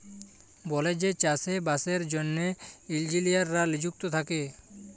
বলেযে চাষে বাসের জ্যনহে ইলজিলিয়াররা লিযুক্ত থ্যাকে